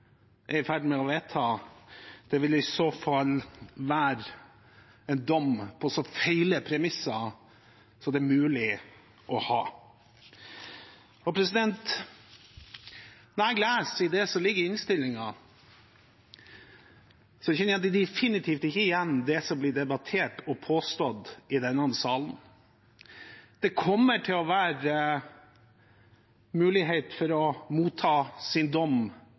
i ferd med å vedta, ville i så fall være en dom på så feil premisser som det er mulig å ha. Når jeg leser det som ligger i innstillingen, kjenner jeg definitivt ikke igjen det som blir debattert og påstått i denne salen. Det kommer til å være mulighet for å motta sin dom